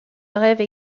brève